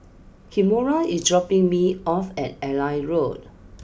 Kimora is dropping me off at Airline Road